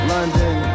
London